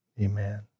amen